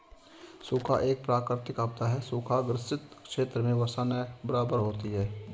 सूखा एक प्राकृतिक आपदा है सूखा ग्रसित क्षेत्र में वर्षा न के बराबर होती है